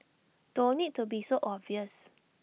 don't need to be so obvious